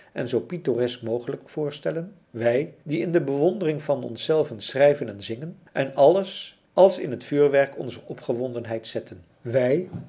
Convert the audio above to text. en zoo pittoresk mogelijk voorstellen wij die in de bewondering van ons zelven schrijven en zingen en alles als in het vuurwerk onzer opgewondenheid zetten wij